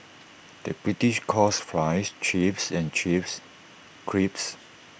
the British calls Fries Chips and Chips Crisps